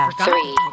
three